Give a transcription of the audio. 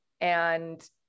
and-